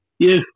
Yes